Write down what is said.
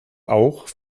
auch